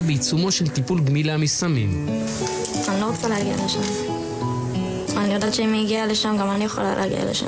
ואני מודה לכל מי שהצטרף אלינו פה